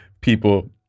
people